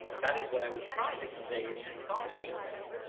that is what i was trying to convey in this song i was writing.